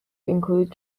include